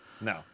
No